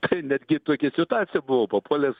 tai net gi į tokią situaciją buvau papuolęs